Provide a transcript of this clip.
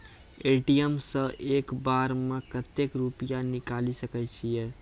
ATM सऽ एक बार म कत्तेक रुपिया निकालि सकै छियै?